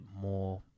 more